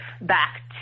back